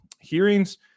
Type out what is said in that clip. hearings